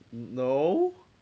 you lor